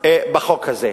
בחוק הזה.